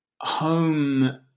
Home